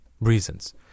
reasons